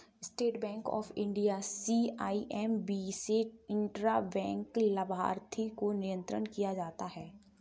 state bank of India CIMB से intra bank लाभार्थी को नियंत्रण किया जाता है